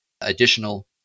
additional